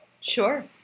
Sure